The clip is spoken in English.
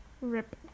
Rip